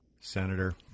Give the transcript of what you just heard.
Senator